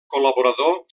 col·laborador